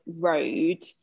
road